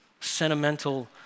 sentimental